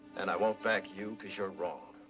and i won't back you, because you're wrong.